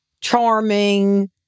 charming